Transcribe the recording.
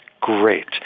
Great